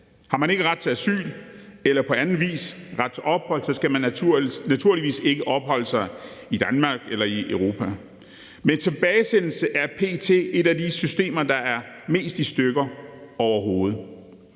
Har man ikke ret til asyl eller på anden vis ret til ophold, skal man naturligvis ikke opholde sig i Danmark eller i Europa. Men tilbagesendelsessystemet er p.t. et af de systemer, der er mest i stykker overhovedet,